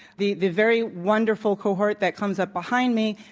the the very wonderful cohort that comes up behind me,